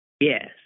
yes